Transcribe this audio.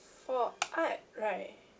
for art right